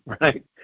right